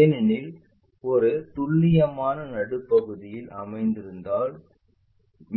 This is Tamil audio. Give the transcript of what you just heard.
ஏனெனில் அது துல்லியமாக நடுப்பகுதியில் அமைந்திருந்தால்